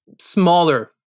smaller